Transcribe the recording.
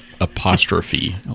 apostrophe